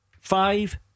Five